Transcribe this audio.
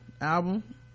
album